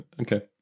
Okay